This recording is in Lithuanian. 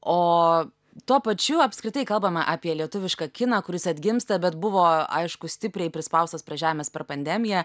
o tuo pačiu apskritai kalbame apie lietuvišką kiną kuris atgimsta bet buvo aišku stipriai prispaustas prie žemės per pandemiją